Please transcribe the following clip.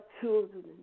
children